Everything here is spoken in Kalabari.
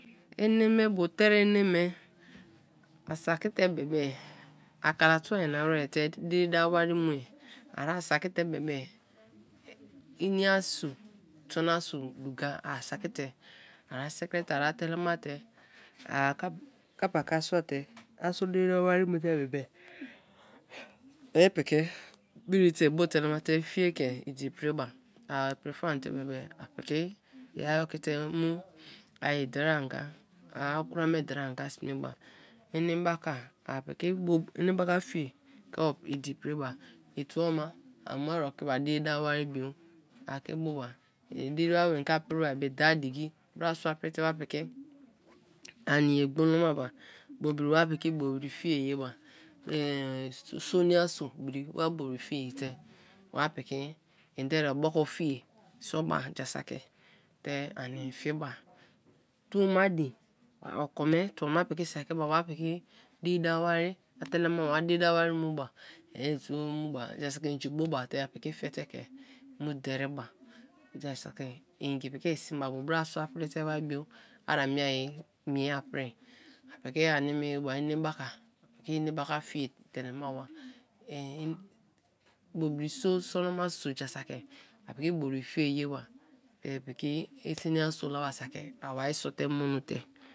Ene me bo tari ene me a sakite be be a kala tuo nyana wer te diri da wo wari mue, ari saki te bebe ini-aso sono so duka a saki te ara sikri te, ara telema te, a kappa ka a sun te a so diri dawo wari ma te bebe yer piki bri te ibu telema te fieke idi priba, or pri faan te bebe a piki i ao ki mu aye deri-anga, me deri anga sme ba, eneba ka a piki bo enebaka, fie ke idi priba, i tuo ma a mu ari-oki ba diri dawo wari bio, a ke bo ba, diri dawo wari bo in ke a pri wa daa diki brasua a piri te wa piki ani ye gbolomaba, bobri wa piki bobri fie ye ba eehn so nia so bri wa bobri fie ye te wa piki oboko fie sa ba ja saki te ani fie ba, tuo mai din okome, tuo me piki saiki ba wa piki diri dawo wari, a telemaba a diri dawo wari mu ba, yer i tuo mu ba ja saki inji bo ba te a piki fe te ke mu deri ba; ja saki i-inji i sin ba abo brasua aprite wai bio a-mie mie apri, a piki ani ye ba, enebaka a piki ene baka fie telemaba bobri so sonoma so ja saki apiki bobri fie ye ba te piki esin-a so la ba saki a wai so te mono te.